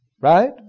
Right